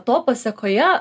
to pasekoje